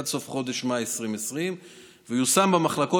עד סוף חודש מאי 2020 ויושם במחלקות